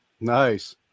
Nice